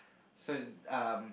so um